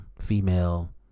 female